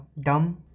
dumb